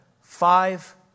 five